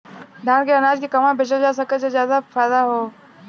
धान के अनाज के कहवा बेचल जा सकता जहाँ ज्यादा लाभ हो सके?